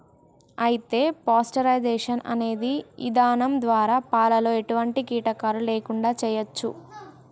అయితే పాస్టరైజేషన్ అనే ఇధానం ద్వారా పాలలో ఎటువంటి కీటకాలు లేకుండా చేయచ్చు